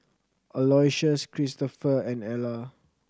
Aloysius Kristopher and Alla